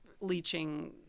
leaching